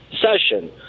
session